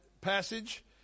passage